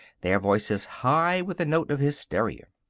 their voices high with the note of hysteria.